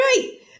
great